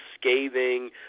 scathing